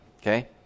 Okay